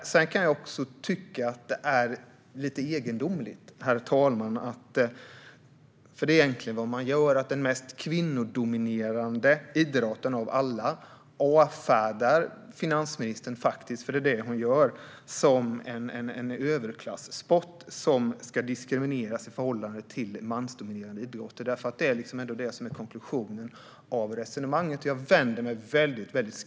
Herr talman! Jag kan också tycka att det är lite egendomligt att den mest kvinnodominerade idrotten av alla avfärdas av finansministern som en överklassport - för det är det hon gör - som ska diskrimineras i förhållande till mansdominerade idrotter. Det är ändå det som är konklusionen av resonemanget, och jag vänder mig skarpt emot detta.